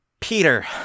Peter